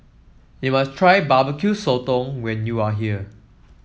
you must try Barbecue Sotong when you are here